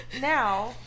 now